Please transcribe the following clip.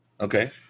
Okay